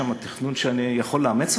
אם יש שם תכנון שאני יכול לאמץ,